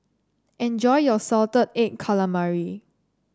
enjoy your Salted Egg Calamari